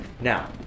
Now